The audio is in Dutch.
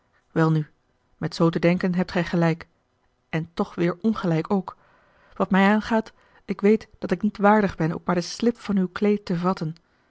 welnu met zoo te denken hebt gij gelijk en toch weêr ongelijk ook wat mij aangaat ik weet dat ik niet waardig ben ook maar de slip van uw kleed te vatten